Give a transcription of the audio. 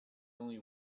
only